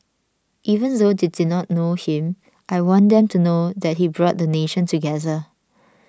even though they did not know him I want them to know that he brought the nation together